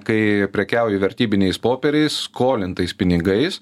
kai prekiauji vertybiniais popieriais skolintais pinigais